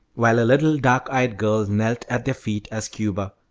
while a little dark-eyed girl knelt at their feet as cuba,